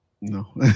No